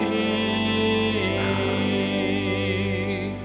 and